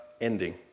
ending